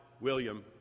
William